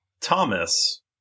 Thomas